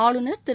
ஆளுநர் திரு